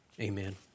amen